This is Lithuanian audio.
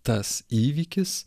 tas įvykis